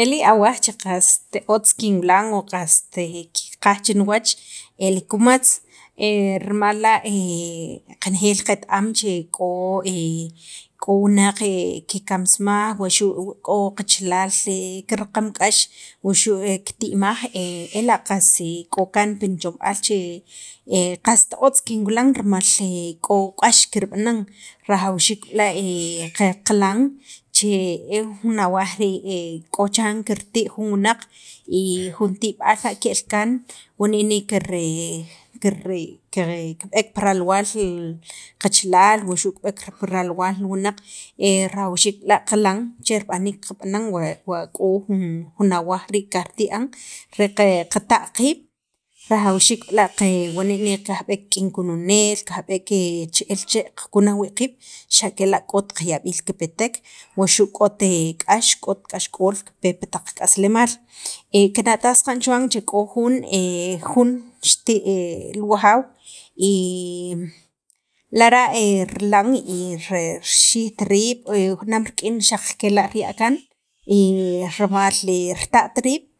E li awaj che qast otz kinwilan o qast kiqaj chiniwach e li kumatz rimal la' qanejeel qet- am che k'o k'o wunaq ke kikamsimaj wuxu' k'o kachalal kiraqam k'ax wuxu' kiti'maj ela' qas k'o kaan pi nichomb'aal che qast ptz kinwilan rimal k'o k'ax kirb'anan rajawxiik b'la' qaqilan e jun awaj rii' k'o chiran kirtii' jun wunaq y jun tib'al la' ke'l kaan wani' ne kir kire kib'eek pi ralwaal qachalaal wuxu' kib'eek pi ralwaal li wunaq rajawxiik b'la' qaqilan che rib'aniik qab'anan wa wa k'o jun jun awaj rii' kajrita'an re qe qata' qiib' rajawxiik b'la' qe wani' ne kajb'eek rik'in kununeel kajb'eek che'el chee' re qakunaj wiib' qiib' xa' kela' k'ot yab'iil kipetek, k'ot k'ax, k'ot k'axk'ool kipe pi taq k'aslemaal kina'taj saqa'n chuwan che k'o jun xirti' li wajaaw y lara' rilan y re xirxijt riib' junaam rik'in xaq kela' riya' kaan, rimal rita't riib'